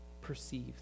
perceive